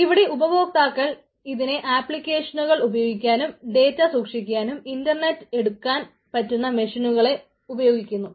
ഇവിടെ ഉപഭോക്താക്കൾ ഇതിനെ ആപ്ലിക്കേഷനുകൾ ഉപയോഗിക്കാനും ഡേറ്റ സൂക്ഷിക്കാനും ഇൻറർനെറ്റ് എടുക്കാൻ പറ്റുന്ന മെഷീനുകളിലൂടെ ഉപയോഗിക്കുന്നു